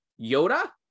Yoda